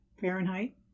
Fahrenheit